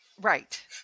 Right